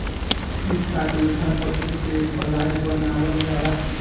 ठीक ठाक लेखा पटरी से पलाइ बनावल जाला